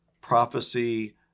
prophecy